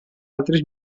altres